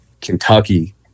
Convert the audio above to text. Kentucky